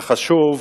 וחשוב